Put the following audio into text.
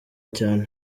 cyane